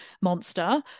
monster